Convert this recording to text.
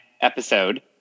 episode